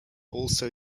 also